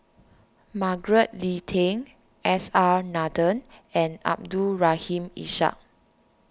Margaret Leng Tan S R Nathan and Abdul Rahim Ishak